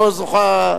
לא זוכה,